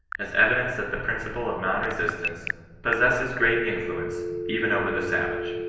as evidence that the princi ple of non-resistance possesses great influence, even over the savage.